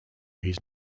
his